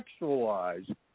sexualize